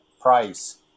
price